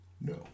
No